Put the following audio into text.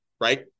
right